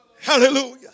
Hallelujah